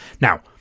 now